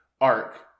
arc